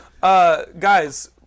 guys